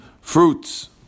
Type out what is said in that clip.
fruits